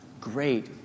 Great